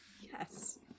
Yes